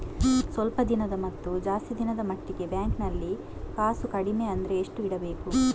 ಸ್ವಲ್ಪ ದಿನದ ಮತ್ತು ಜಾಸ್ತಿ ದಿನದ ಮಟ್ಟಿಗೆ ಬ್ಯಾಂಕ್ ನಲ್ಲಿ ಕಾಸು ಕಡಿಮೆ ಅಂದ್ರೆ ಎಷ್ಟು ಇಡಬೇಕು?